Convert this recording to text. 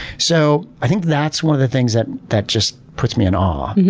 so, i think that's one of the things that that just puts me in awe.